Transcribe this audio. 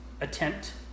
attempt